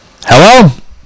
Hello